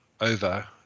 over